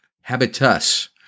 habitus